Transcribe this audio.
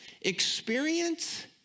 experience